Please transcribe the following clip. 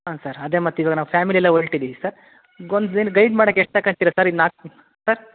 ಹಾಂ ಸರ್ ಅದೇ ಮತ್ತಿವಾಗ ನಾವು ಫ್ಯಾಮಿಲಿ ಎಲ್ಲ ಹೊರಟಿದ್ದೀವಿ ಸರ್ ಒಂದು ಗೆನ್ ಗೈಡ್ ಮಾಡೋಕ್ಕೆ ಎಷ್ಟು ತಕಂತೀರ ಸರ್ ಈ ನಾಲ್ಕು ದಿನ ಸರ್